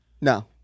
No